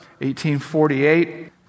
1848